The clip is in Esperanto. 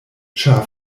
ĉar